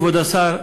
כבוד השר,